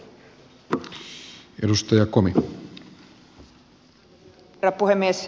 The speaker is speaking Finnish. arvoisa herra puhemies